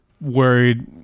worried